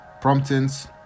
promptings